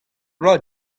vloaz